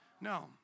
No